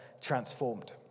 transformed